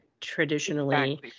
traditionally